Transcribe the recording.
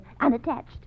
unattached